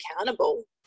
accountable